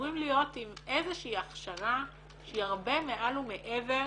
ואמורים להיות עם איזושהי הכשרה שהיא הרבה מעל ומעבר